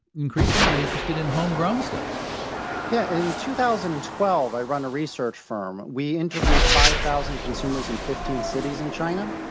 increasingly interested in homegrown stuff yeah, in two thousand and twelve, i run a research firm, we interviewed five thousand consumers in fifteen cities in china.